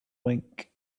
wink